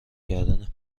کردن